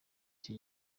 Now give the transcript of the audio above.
iki